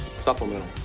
Supplemental